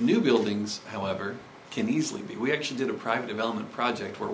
new buildings however can easily be we actually did a private development project where